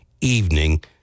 evening